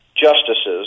justices